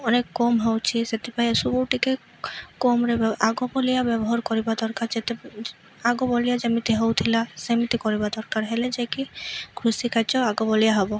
ଅନେକ କମ୍ ହଉଛି ସେଥିପାଇଁ ସବୁ ଟିକେ କମ୍ରେ ଆଗଭଳିଆ ବ୍ୟବହାର କରିବା ଦରକାର ଯେତେ ଆଗଭଳିଆ ଯେମିତି ହେଉଥିଲା ସେମିତି କରିବା ଦରକାର ହେଲେ ଯାଇକି କୃଷିିକାର୍ଯ୍ୟ ଆଗଭଳିଆ ହବ